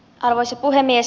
arvoisa puhemies